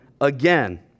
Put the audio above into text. again